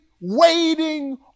waiting